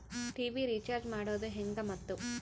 TV recharge ಮಾಡೋದು ಹೆಂಗ ಮತ್ತು?